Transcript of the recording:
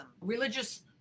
religious